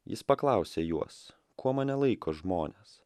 jis paklausė juos kuo mane laiko žmonės